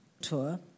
tour